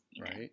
Right